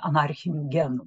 anarchinių genų